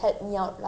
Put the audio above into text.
so